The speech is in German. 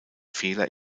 fehler